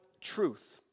truth